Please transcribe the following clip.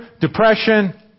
depression